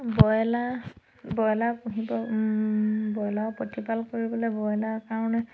broiler broiler পুহিব broiler প্ৰতিপাল কৰিবলৈ ব্ৰইলাৰ কাৰণে